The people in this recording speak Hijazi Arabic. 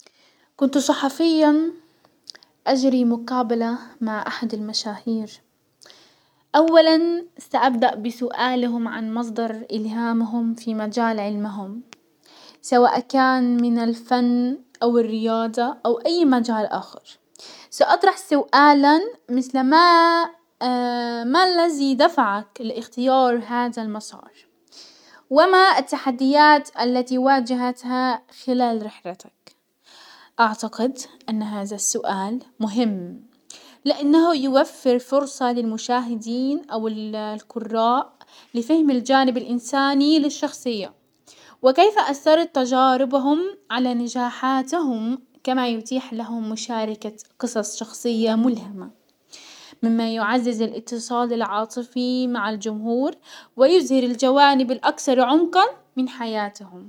كنت صحفيا اجري مقابلة مع احد المشاهير اولا سابدأ بسؤالهم عن مصدر الهامهم في مجال علمهم، سواء كان من الفن او الرياضة او اي مجال اخر، ساطرح سؤالا مسل ما ما الزي دفعك لاختيار هذا المسار؟ وما التحديات التي واجهتها خلال رحلتك؟ اعتقد ان هزا السؤال مهم لانه في الفرصة للمشاهدين او القراء لفهم الجانب الانساني للشخصية، وكيف اثرت تجاربهم على نجاحاتهم، كما يتيح لهم مشاركة قصص شخصية ملهمة، مما يعزز الاتصال العاطفي مع الجمهور ويظهر الجوانب الاكثر عمقا من حياتهم